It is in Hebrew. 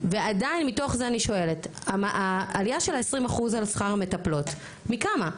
ועדיין מתוך זה אני שואלת העלייה של 20% על שכר המטפלות מכמה?